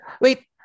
Wait